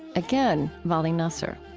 again, vali nasr